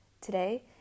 today